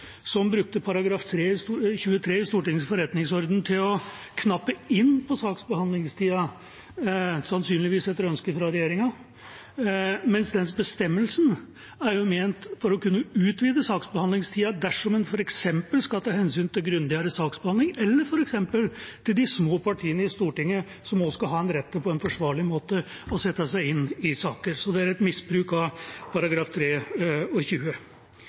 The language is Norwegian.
som brukte § 23 i Stortingets forretningsorden til å knappe inn på saksbehandlingstida, sannsynligvis etter ønske fra regjeringa. Den bestemmelsen er jo ment for å kunne utvide saksbehandlingstida dersom en f.eks. skal ta hensyn til grundigere saksbehandling, eller til de små partiene til Stortinget, som også skal ha rett til på en forsvarlig måte å sette seg inn i saker. Det er et misbruk av